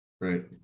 Right